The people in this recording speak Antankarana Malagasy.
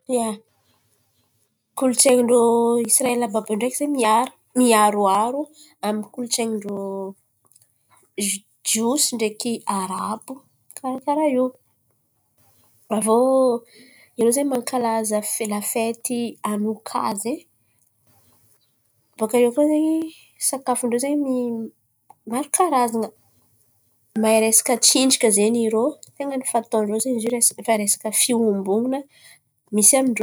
Ia, kolontsain̈y ndrô Isiraely àby àby io ndreky zen̈y miaroaro aminy kolontsain̈y ndrô zy. Jiosy ndreky Arabo karà karà io. Avô irô zen̈y mankalaza fy lafety zen̈y ten̈a ny fa atô ndrô zen̈y fa resaka fiombanana misy amin-drô.